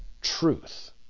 truth